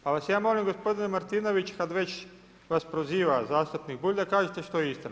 Pa vas ja molim gospodine Martinović kada već vas proziva zastupnik Bulj, da kažete što je istina.